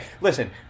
listen